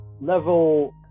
level